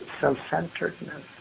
self-centeredness